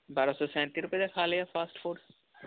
ਬਾਰਾਂ ਸੋ ਸੈਂਤੀ ਰੁਪਏ ਦਾ ਖਾ ਲਿਆ ਫਾਸਟ ਫੂਡ